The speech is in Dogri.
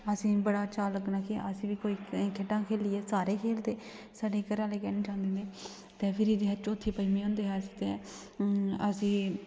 असें ई बड़ा चाऽ लग्गना कि अस बी कोई खेढां खेलियै सारे खेलदे साढ़े घर आह्ले गै निं जान दिंदे न ते फिरी जि'यां चौथी पंजमीं होंदे हे अस ते असें